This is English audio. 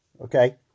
Okay